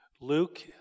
Luke